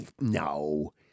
no